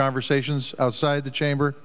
conversations outside the chamber